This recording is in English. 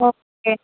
okay